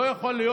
לא יכול להיות